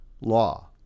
law